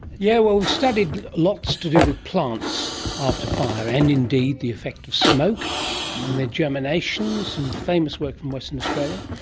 yeah well, we've studied lots to do with plants after fire and indeed the effect of smoke on their germination, some famous work from western australia.